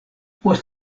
post